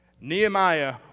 Nehemiah